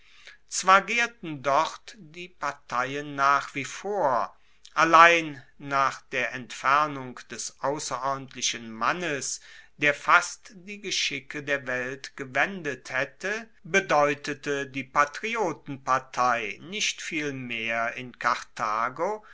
zwar gaerten dort die parteien nach wie vor allein nach der entfernung des ausserordentlichen mannes der fast die geschicke der welt gewendet haette bedeutete die patriotenpartei nicht viel mehr in karthago